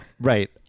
Right